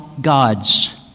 God's